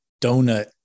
donut